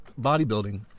bodybuilding